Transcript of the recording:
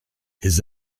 his